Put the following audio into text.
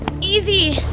Easy